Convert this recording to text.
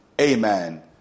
amen